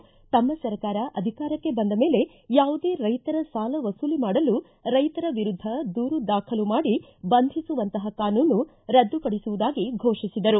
ತಮ್ಮ ಸರ್ಕಾರ ಅಧಿಕಾರಕ್ಕೆ ಬಂದ ಮೇಲೆ ಯಾವುದೇ ರೈತರ ಸಾಲ ವಸೂಲಿ ಮಾಡಲು ರೈತರ ವಿರುದ್ಧ ದೂರು ದಾಖಲು ಮಾಡಿ ಬಂಧಿಸುವಂತಹ ಕಾನೂನು ರದ್ದುಪಡಿಸುವುದಾಗಿ ಫೋಷಿಸಿದರು